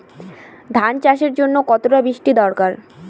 ধান চাষের জন্য কতটা বৃষ্টির দরকার?